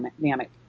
dynamic